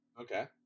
okay